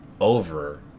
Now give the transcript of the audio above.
over